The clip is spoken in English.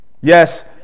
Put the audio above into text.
Yes